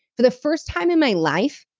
for the first time in my life,